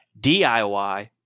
DIY